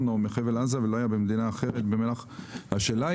14:00 ביום שלאחר יום המנוחה או השבתון